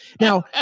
Now